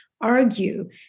argue